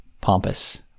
pompous